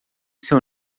seu